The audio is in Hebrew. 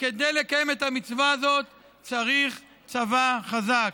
כדי לקיים את המצווה הזאת צריך צבא חזק.